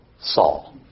Saul